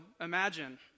imagine